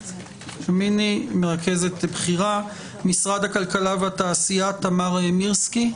מרכזת בכירה; ממשרד הכלכלה והתעשייה תמר מירסקי,